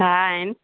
हा आहिनि